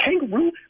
kangaroo